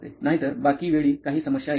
नाहीतर बाकी वेळी काही समस्या येत नाही